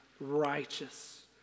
Righteous